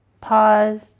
pause